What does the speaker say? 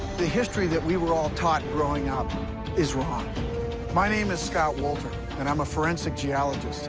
the history that we were all taught growing up is wrong my name is scott walter and i'm a forensic geologist